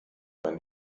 man